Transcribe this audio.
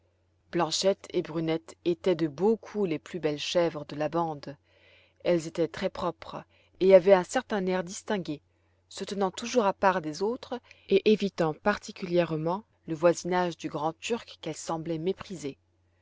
blanchette et brunette étaient de beaucoup les plus belles chèvres de la bande elles étaient très propres et avaient un certain air distingué se tenant toujours à part des autres et évitant particulièrement le voisinage du grand turc qu'elles semblaient mépriser